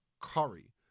curry